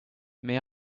may